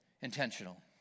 intentional